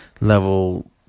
level